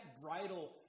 bridle